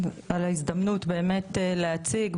הן בהיקף,